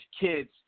kids